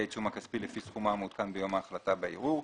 העיצום הכספי לפי סכומו המעודכן ביום ההחלטה בערעור.